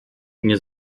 nie